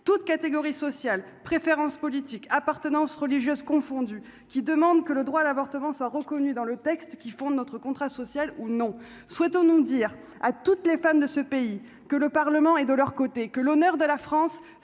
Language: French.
toutes catégories sociales préférences politiques appartenances religieuses confondues, qui demande que le droit à l'avortement soit reconnue dans le texte qui fondent notre contrat social ou non, souhaitons-nous dire à toutes les femmes de ce pays que le Parlement et de leur côté que l'honneur de la France,